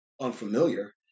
unfamiliar